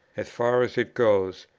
as far as it goes,